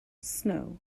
snow